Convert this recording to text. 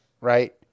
right